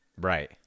Right